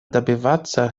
добиваться